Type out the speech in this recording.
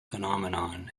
phenomenon